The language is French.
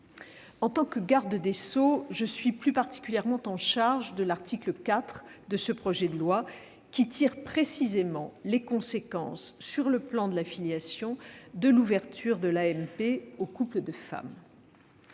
En tant que garde des sceaux, je suis plus particulièrement chargée de l'article 4 de ce projet de loi, qui tire précisément les conséquences, sur le plan de la filiation, de l'ouverture de l'AMP aux couples de femmes.